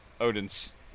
Odin's